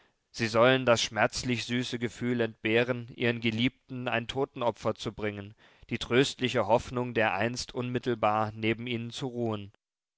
sie sollen das schmerzlich süße gefühl entbehren ihren geliebten ein totenopfer zu bringen die tröstliche hoffnung dereinst unmittelbar neben ihnen zu ruhen